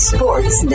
Sports